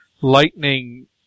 lightning